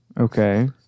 Okay